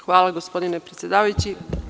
Hvala, gospodine predsedavajući.